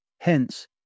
Hence